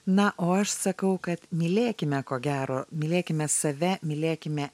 na o aš sakau kad mylėkime ko gero mylėkime save mylėkime